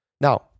Now